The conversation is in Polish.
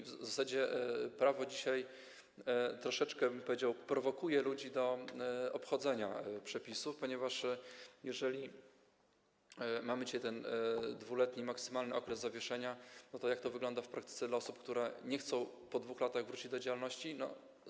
W zasadzie prawo dzisiaj troszeczkę, bym powiedział, prowokuje ludzi do obchodzenia przepisów, ponieważ jeżeli mamy ten 2-letni maksymalny okres zawieszenia, to jak to wygląda w praktyce dla osób, które nie chcą po 2 latach wrócić do prowadzenia działalności?